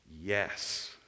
yes